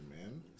man